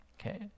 Okay